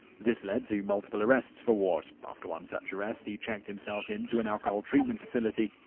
this led to multiple arrests for ward. after one such arrest, he checked himself into an alcohol treatment facility.